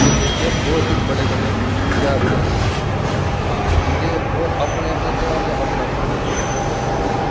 ते एह् और बी बड़े बड़े ध्यार मनाए जन्दे ते इन्दे और अपने अपने तेआर दा अपना अपना म्हत्तव ऐ